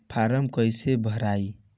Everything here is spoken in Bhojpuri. फारम कईसे भराई?